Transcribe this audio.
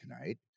tonight